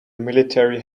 military